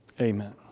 Amen